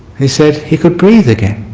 he said he could breath again.